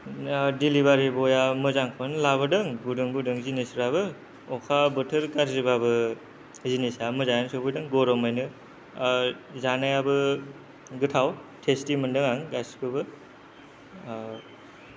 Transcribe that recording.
delivery बयआ मोजांखौनो लाबोदों गुदुं गुदुं जिनिसफ्राबो अखा बोथोर गाज्रिब्लाबो जिनिसा मोजाङैनो सफैदों गरमैनो जानायाबो गोथाव टेस्टि मोनदों आं गासिखौबो